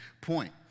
point